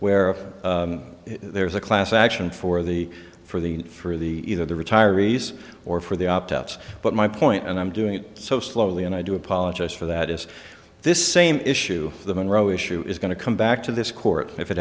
where there is a class action for the for the for the either the retiree's or for the opt outs but my point and i'm doing so slowly and i do apologize for that is this same issue the monroe issue is going to come back to this court if it